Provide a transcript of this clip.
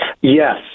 yes